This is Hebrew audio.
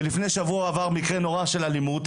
ולפני שבוע הוא עבר מקרה נורא של אלימות,